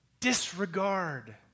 disregard